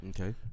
Okay